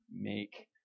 make